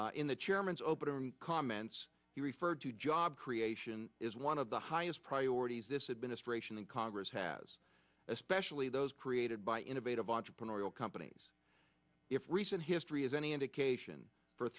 in the chairman's opening comments he referred to job creation is one of the highest priorities this administration and congress has especially those created by innovative entrepreneurial companies if recent history is any indication for